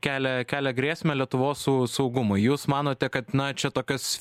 kelia kelia grėsmę lietuvos saugumui jūs manote kad na čia tokios